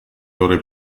ore